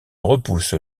repousse